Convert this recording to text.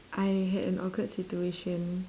I had an awkward situation